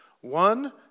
One